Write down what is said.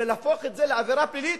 אלא להפוך את זה לעבירה פלילית,